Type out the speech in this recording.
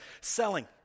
selling